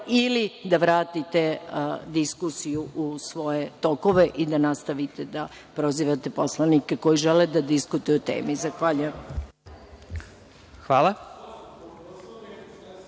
ili da vratite diskusiju u svoje tokove i da nastavite da prozivate poslanike koji žele da diskutuju o temi. Zahvaljujem.